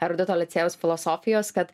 erudito licėjaus filosofijos kad